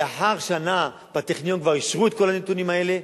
לאחר שנה בטכניון כבר אישרו את כל הנתונים האלה,